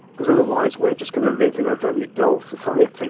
because otherwise we're just going to live in a very dull society it!